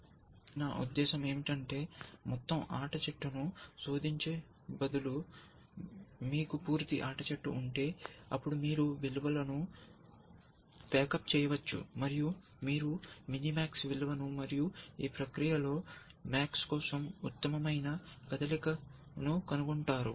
కాబట్టి నా ఉద్దేశ్యం ఏమిటంటే మొత్తం ఆట చెట్టును శోధించే బదులు మీకు పూర్తి ఆట చెట్టు ఉంటే అప్పుడు మీరు విలువలను ప్యాక్ అప్ చేయవచ్చు మరియు మీరు మినిమాక్స్ విలువను మరియు ఈ ప్రక్రియలో MAX కోసం ఉత్తమమైన కదలికను కనుగొంటారు